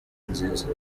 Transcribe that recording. nziza